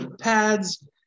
pads